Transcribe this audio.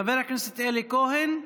חבר הכנסת אלי כהן,